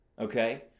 okay